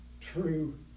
true